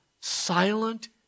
silent